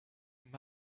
him